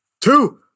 two